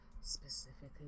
specifically